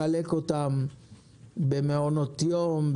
לחלק אותן במעונות יום,